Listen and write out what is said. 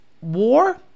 war